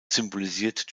symbolisiert